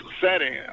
setting